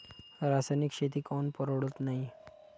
रासायनिक शेती काऊन परवडत नाई?